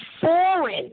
foreign